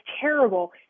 terrible